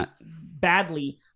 badly